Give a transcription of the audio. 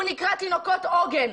הוא נקרא תינוקות עוגן,